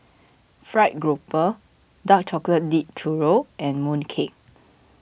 Fried Grouper Dark Chocolate Dipped Churro and Mooncake